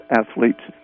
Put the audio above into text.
athletes